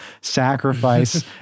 sacrifice